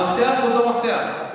המפתח הוא אותו מפתח.